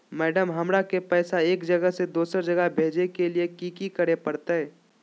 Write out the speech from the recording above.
Madam, हमरा के पैसा एक जगह से दुसर जगह भेजे के लिए की की करे परते?